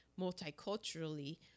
multiculturally